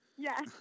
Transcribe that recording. Yes